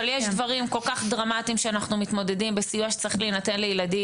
אבל יש דברים כל כך דרמטיים שאנחנו מתמודדים בסיוע שצריך להינתן לילדים,